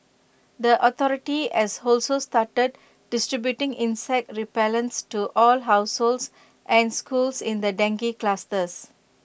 the authority as also started distributing insect repellents to all households and schools in the dengue clusters